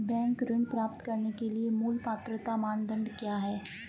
Bank ऋण प्राप्त करने के लिए मूल पात्रता मानदंड क्या हैं?